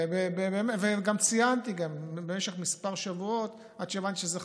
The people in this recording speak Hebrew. וגם ציינתי במשך כמה שבועות,